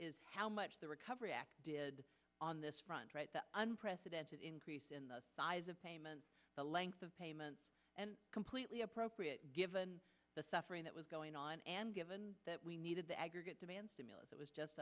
is how much the recovery act did on this front unprecedented increase in the size of payments the length of payments and completely appropriate given the suffering that was going on and given that we needed the aggregate demand stimulus that was just